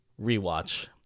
rewatch